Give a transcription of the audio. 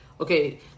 okay